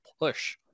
push